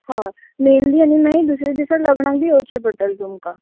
हय मेहंदी आनी मागीर दुसरे दिसा लग्णाक बी येवचें पडटलें तुमकां